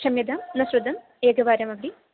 क्षम्यतां न श्रुतम् एकवारमपि